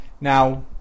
now